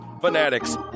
Fanatics